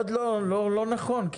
לא נכון.